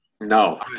No